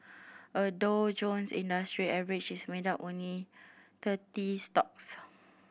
a Dow Jones Industrial Average is made up of only thirty stocks